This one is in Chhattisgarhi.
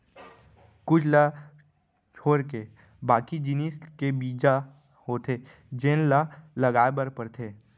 कुछ ल छोरके बाकी जिनिस के बीजा होथे जेन ल लगाए बर परथे